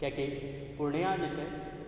कियाकि पूर्णिया जे छै